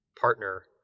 partner